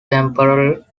temporal